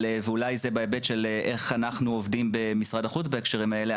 אולי זה בהיבט של איך אנחנו עובדים במשרד החוץ בהקשרים האלה,